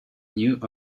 new